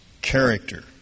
character